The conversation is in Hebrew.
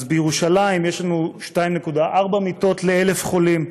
אז בירושלים יש 2.4 מיטות ל-1,000 חולים,